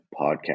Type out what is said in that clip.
Podcast